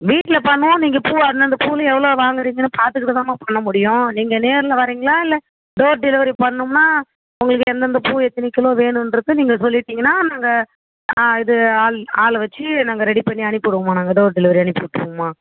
வீட்டில் பண்ணுவோம் நீங்கள் பூ அந்தந்த பூவில் எவ்வளோ வாங்கிறிங்கன்னு பார்த்துகிட்டு தாம்மா பண்ணமுடியும் நீங்கள் நேரில் வரிங்களா இல்லை டோர் டெலிவரி பண்ணணுமா உங்களுக்கு எந்தெந்த பூ எத்தனை கிலோ வேணுகிறது நீங்கள் சொல்லிவிட்டிங்கன்னா நாங்கள் அது ஆள் ஆளை வைச்சு நாங்கள் ரெடி பண்ணி அனுப்பி விடுவோம்மா நாங்கள் டோர் டெலிவரி அனுப்பிவிட்டுருவோம்மா